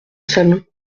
salon